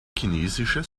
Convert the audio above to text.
chinesisches